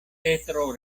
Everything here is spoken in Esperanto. petro